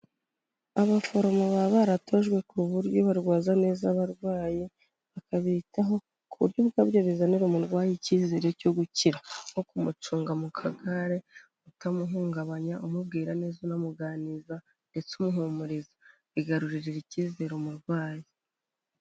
Abaforomo baba baratojwe ku buryo barwaza neza abarwayi, bakabitaho ku buryo ubwabyo bizanira umurwayi icyizere cyo gukira nko kumucunga mu kagare, utamuhungabanya, umubwira neza, unamuganiriza ndetse umuhumuriza bigarurira icyizere umurwayi.